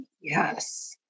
Yes